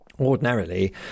Ordinarily